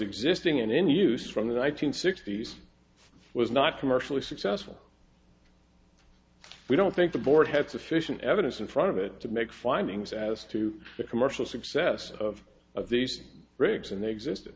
existing in in use from the one nine hundred sixty s was not commercially successful we don't think the board had sufficient evidence in front of it to make findings as to the commercial success of of these rigs and they exist